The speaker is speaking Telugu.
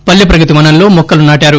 పల్లెప్రగతి వనంలో మొక్కలు నాటారు